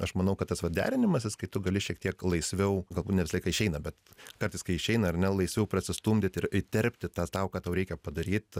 aš manau kad tas vat derinimasis kai tu gali šiek tiek laisviau galbūt ne visą laiką išeina bet kartais kai išeina ar ne laisviau prasistumdyt ir įterpti tą tau ką tau reikia padaryt